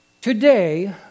Today